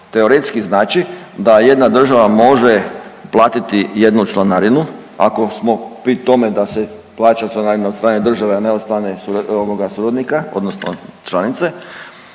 teoretski znači da jedna država može platiti jednu članarinu ako smo pri tome da se plaća članarina od strane države, a ne od strane suradnika odnosno članice.